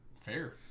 fair